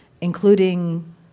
including